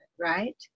right